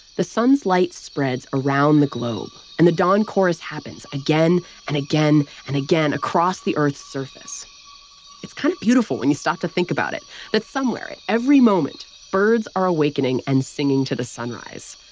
the sun's light spreads around the globe, and the dawn chorus happens again and again and again, across the earth's surface it's kind of beautiful when you stop to think about it that somewhere, at every moment, birds are awakening and singing to the sunrise.